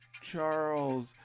Charles